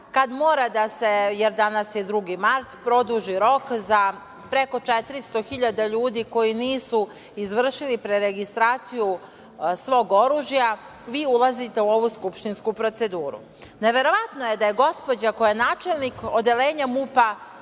kada mora da se, jer danas je 2. mart, produži rok za preko 400 hiljada ljudi koji nisu izvršili preregistraciju svog oružja, vi ulazite u ovu skupštinsku proceduru. Neverovatno je da je gospođa koja je načelnik odeljenja MUP-a,